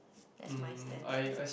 as my stamp